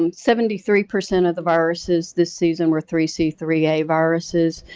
and seventy-three percent of the viruses this season were three c three a viruses,